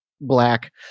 black